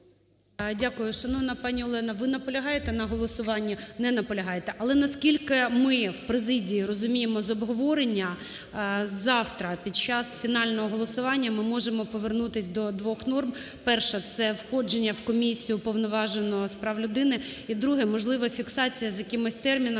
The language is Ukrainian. Дякую. Шановна пані Олена, ви наполягаєте на голосуванні? Не наполягаєте. Але, наскільки ми в президії розуміємо з обговорення, завтра під час фінального голосування ми можемо повернутися до двох норм. Перша – це входження в комісію Уповноваженого з прав людини. І друга – можлива фіксація з якимось терміном,